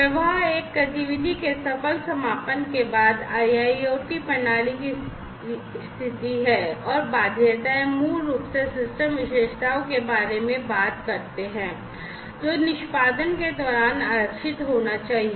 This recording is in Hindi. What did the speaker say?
प्रभाव एक गतिविधि के सफल समापन के बाद IIoT प्रणाली की स्थिति है और बाध्यताएं मूल रूप से सिस्टम विशेषताओं के बारे में बात करते हैं जो निष्पादन के दौरान आरक्षित होना चाहिए